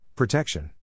Protection